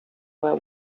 where